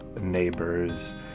neighbors